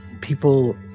people